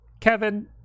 Kevin